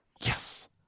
Yes